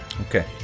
Okay